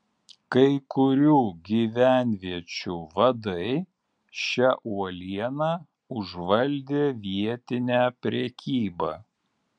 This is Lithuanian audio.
kai kurių gyvenviečių vadai šia uoliena užvaldė vietinę prekybą